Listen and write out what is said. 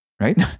right